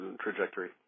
trajectory